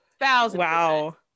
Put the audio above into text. Wow